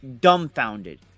Dumbfounded